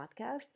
podcast